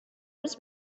روز